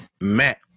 Matt